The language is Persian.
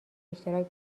اشتراک